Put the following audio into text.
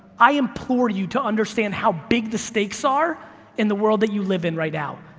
i implore you to understand how big the stakes are in the world that you live in right now.